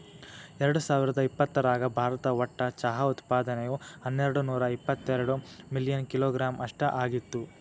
ಎರ್ಡಸಾವಿರದ ಇಪ್ಪತರಾಗ ಭಾರತ ಒಟ್ಟು ಚಹಾ ಉತ್ಪಾದನೆಯು ಹನ್ನೆರಡನೂರ ಇವತ್ತೆರಡ ಮಿಲಿಯನ್ ಕಿಲೋಗ್ರಾಂ ಅಷ್ಟ ಆಗಿತ್ತು